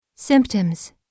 Symptoms